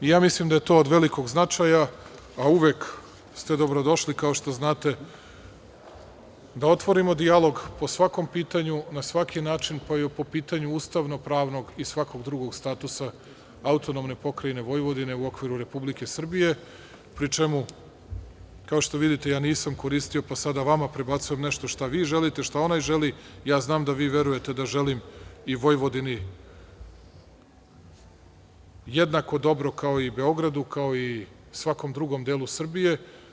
Mislim da je to od velikog značaja, a uvek ste dobro došli, kao što znate, da otvorimo dijalog o svakom pitanju, na svaki način koji je po pitanju ustavnog, pravnog i svakog drugog statusa AP Vojvodine, u okviru Republike Srbije, pri čemu kao što vidite, nisam koristio pa sada vama prebacujem nešto šta vi želite, šta onaj želi, znam da verujete da želim i Vojvodini jednako dobro kao i Beogradu, kao i svakom drugom delu Srbije.